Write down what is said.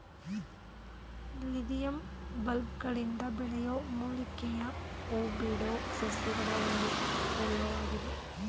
lilium ಬಲ್ಬ್ಗಳಿಂದ ಬೆಳೆಯೋ ಮೂಲಿಕೆಯ ಹೂಬಿಡೋ ಸಸ್ಯಗಳ ಒಂದು ಕುಲವಾಗಿದೆ